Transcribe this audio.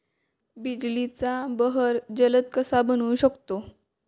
बिजलीचा बहर जलद कसा बनवू शकतो?